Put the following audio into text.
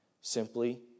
simply